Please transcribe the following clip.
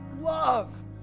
Love